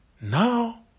Now